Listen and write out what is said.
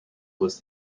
was